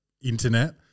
internet